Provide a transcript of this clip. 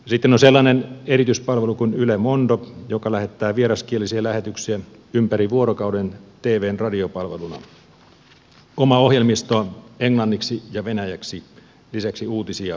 sitten on sellainen erityispalvelu kuin yle mondo joka lähettää vieraskielisiä lähetyksiä ympäri vuorokauden tvn radiopalveluna omaa ohjelmistoa englanniksi ja venäjäksi lisäksi uutisia selkosuomeksi